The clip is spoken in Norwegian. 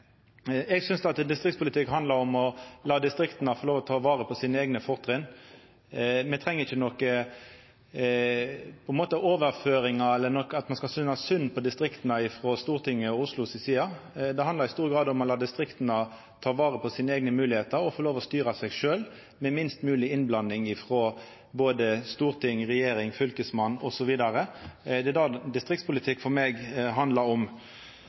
Eg synest distriktspolitikk handlar om å la distrikta få lov til å ta vare på eigne fortrinn. Me treng ikkje nokon overføringar eller at ein skal synast synd på distrikta frå Stortinget og Oslo si side. Det handlar i stor grad om å la distrikta ta vare på eigne moglegheiter og få lov å styra seg sjølve med minst mogleg innblanding frå storting, regjering, fylkesmann osv. Det er det distriktspolitikk handlar om for meg.